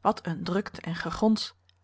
wat een drukte en gegons